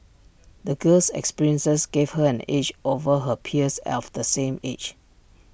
the girl's experiences gave her an edge over her peers of the same age